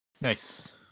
Nice